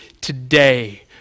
today